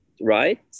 right